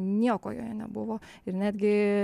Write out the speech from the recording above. nieko joje nebuvo ir netgi